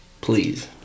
Please